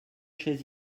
chaises